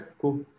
Cool